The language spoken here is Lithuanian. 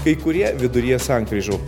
kai kurie viduryje sankryžų